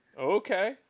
okay